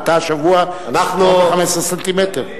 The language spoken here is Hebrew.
עלתה השבוע בקרוב ל-15 סנטימטר.